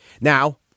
Now